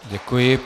Děkuji.